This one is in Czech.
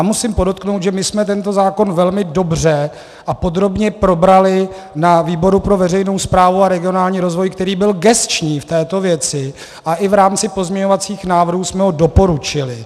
Musím podotknout, že jsme tento zákon velmi dobře a podrobně probrali na výboru pro veřejnou správu a regionální rozvoj, který byl gesční v této věci, a i v rámci pozměňovacích návrhů jsme ho doporučili.